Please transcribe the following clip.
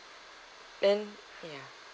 then ya